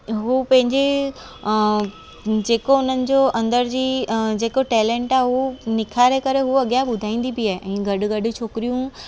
हू पंहिंजे अ जेको हुननि जो अंदरि जी अ जेको टेलेंट आहे उहो निखारे करे हूअ अॻियां ॿुधाईंदी बि आहे ऐं ॻॾ ॻॾ छोकिरियूं